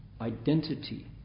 identity